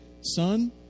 Son